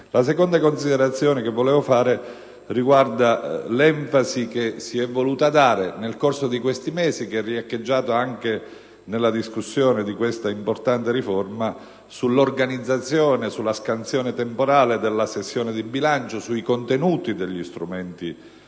La seconda considerazione che volevo fare riguarda l'enfasi che si è voluta dare nel corso di questi mesi, riecheggiata anche nella discussione di questa importante riforma, all'organizzazione della scansione temporale della sessione di bilancio ed ai contenuti degli strumenti